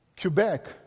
Quebec